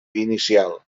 inicial